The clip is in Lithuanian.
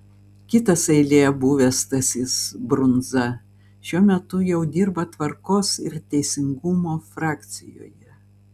kitas eilėje buvęs stasys brundza šiuo metu jau dirba tvarkos ir teisingumo frakcijoje